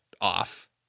off